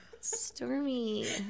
Stormy